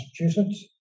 Massachusetts